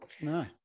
no